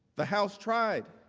the house dried,